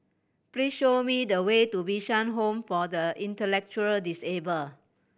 please show me the way to Bishan Home for the Intellectually Disabled